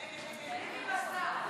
אין מסך.